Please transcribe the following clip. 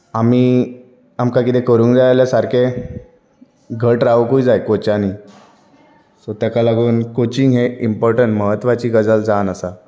आमी आमकां कितें करूंक जाय जाल्यार सारकें घट्ट रावंकूय जाय कोचांनी सो ताका लागून कोचिंग इम्पॉर्टेंट म्हत्वाची गजाल जावन आसा